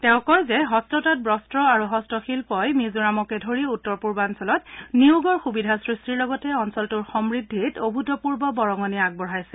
তেওঁ কয় যে হস্ততাঁত বস্ত্ৰ আৰু হস্তশিল্পই মিজোৰামকে ধৰি উত্তৰ পূৰ্বাঞ্চলত নিয়োগৰ সুবিধা সৃষ্টিৰ লগতে অঞ্চলটোৰ সমূদ্ধিত অভূতপূৰ্ব বৰঙণি আগবঢ়াইছে